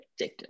addictive